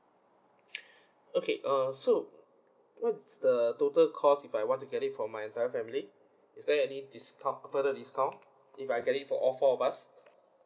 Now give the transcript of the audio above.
okay err so what's the total cost if I want to get it for my entire family is there any discount further discount if I get it for all four of us